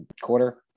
quarter